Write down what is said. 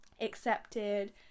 accepted